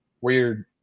weird